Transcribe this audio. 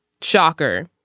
Shocker